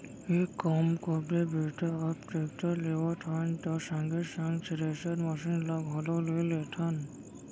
एक काम करबे बेटा अब टेक्टर लेवत हन त संगे संग थेरेसर मसीन ल घलौ ले लेथन